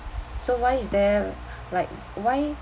so why is there like why